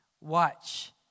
watch